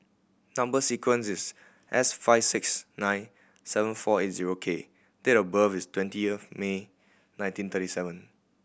number sequence is S five six nine seven four eight zero K and date of birth is twenty of May nineteen thirty seven